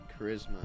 charisma